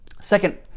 Second